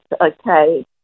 okay